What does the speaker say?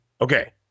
Okay